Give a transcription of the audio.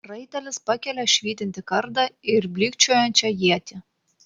raitelis pakelia švytintį kardą ir blykčiojančią ietį